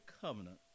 covenant